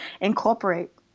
incorporate